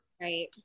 Right